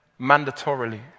mandatorily